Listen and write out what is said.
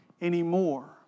anymore